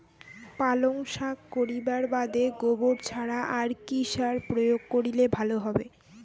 পালং শাক করিবার বাদে গোবর ছাড়া আর কি সার প্রয়োগ করিলে ভালো হবে?